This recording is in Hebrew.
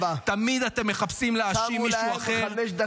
תמיד אתם מחפשים להאשים מישהו אחר -- תמו להן חמש דקות תמימות.